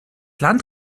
land